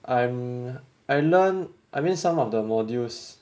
I'm I learn I mean some of the modules